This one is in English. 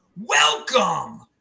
Welcome